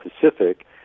Pacific